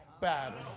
battle